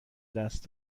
دست